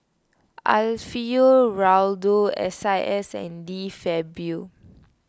Alfio Raldo S I S and De Fabio